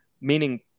meaning